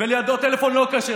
אל תפריע.